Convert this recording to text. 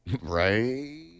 Right